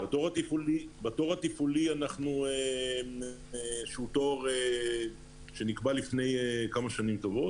התור התפעולי הוא תור שנקבע לפני כמה שנים טובות.